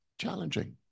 challenging